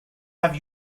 have